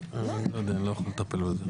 אני סבור שנכון להקים ועדה מיוחדת לטובת